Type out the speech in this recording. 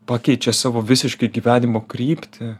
pakeičia savo visiškai gyvenimo kryptį